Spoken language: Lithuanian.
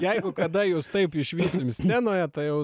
jeigu kada jus taip išvysim scenoje tai jau